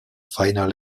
final